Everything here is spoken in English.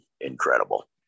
incredible